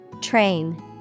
Train